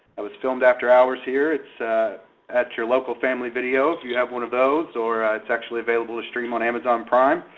that was filmed after hours here. it's at your local family video if you have one of those, or it's actually available to stream on amazon prime.